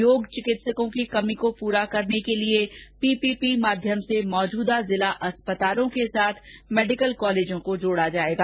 योग चिकित्सकों की कमी को पूरा करने के लिए पीपीपी माध्यम से मौजूदा जिला अस्पतालों के साथ मेडिकल कॉलेजों को जोड़ा जायेगा